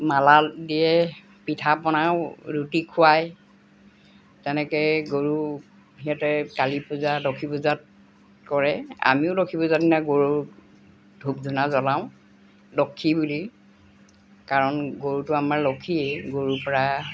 মালা দিয়ে পিঠা বনাওঁ ৰুটি খুৱায় তেনেকেই গৰু সিহঁতে কালি পূজা লক্ষী পূজাত কৰে আমিও লক্ষী পূজাৰ দিনা গৰু ধূপ ধূনা জ্বলাওঁ লক্ষী বুলি কাৰণ গৰুটো আমাৰ লক্ষীয়ে গৰুৰ পৰা